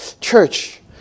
Church